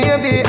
Baby